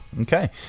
Okay